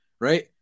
right